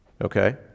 Okay